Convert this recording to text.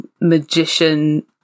magician